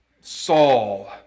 Saul